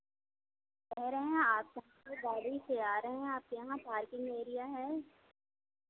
कहे रहे हैं आपके यहाँ गाड़ी से आ रहे हैं आपके यहाँ पार्किंग एरिया है